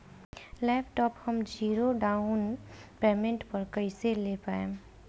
Laptop हम zero down payment पर कैसे ले पाएम?